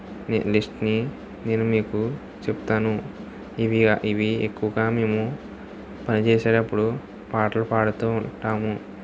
list ని నేను మీకు చెప్తాను ఇవి ఇవి ఎక్కువగా మేము పనిచేసేటప్పుడు పాటలు పాడుతూ ఉంటాము